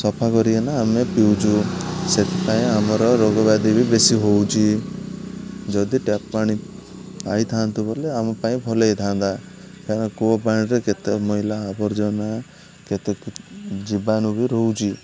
ସଫା କରିକିନା ଆମେ ପିଉଛୁ ସେଥିପାଇଁ ଆମର ରୋଗବ୍ୟାଧି ବି ବେଶୀ ହଉଛି ଯଦି ଟ୍ୟାପ୍ ପାଣି ପାଇଥାନ୍ତୁ ବୋଲେ ଆମ ପାଇଁ ଭଲ ହେଇଥାନ୍ତା କାରଣ କୂଅ ପାଣିରେ କେତେ ମଇଳା ଆବର୍ଜନା କେତେ ଜୀବାଣୁ ବି ରହୁଛି